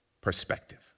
perspective